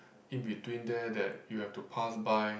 in between there that you have to pass by